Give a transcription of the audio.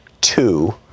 two